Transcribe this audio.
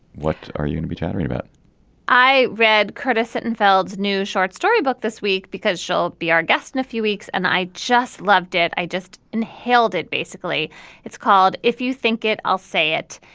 what are you gonna be chattering about i read curtis sittenfeld new short story book this week because she'll be our guest in a few weeks. and i just loved it. i just inhaled it. basically it's called if you think it i'll say it.